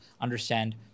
understand